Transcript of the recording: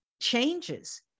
changes